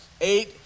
Eight